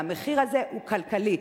והמחיר הזה הוא כלכלי.